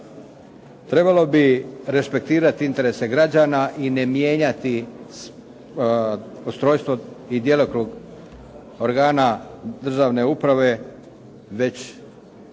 Trebalo bi respektirati interese građana i ne mijenjati ustrojstvo i djelokrug organa državne uprave već